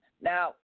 Now